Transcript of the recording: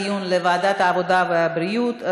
ועדת בריאות.